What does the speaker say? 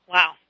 Wow